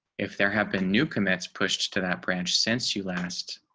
if there happened new commits pushed to that branch, since you last